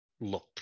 look